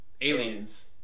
aliens